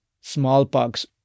smallpox